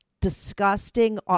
disgusting